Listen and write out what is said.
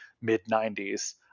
mid-90s